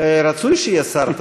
רצוי שתמיד יהיה שר.